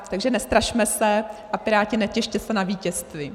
Takže nestrašme se a Piráti, netěšte se na vítězství.